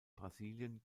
brasilien